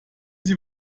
sie